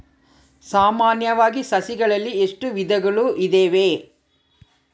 ಸಾಮಾನ್ಯವಾಗಿ ಸಸಿಗಳಲ್ಲಿ ಎಷ್ಟು ವಿಧಗಳು ಇದಾವೆ?